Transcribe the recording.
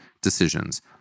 decisions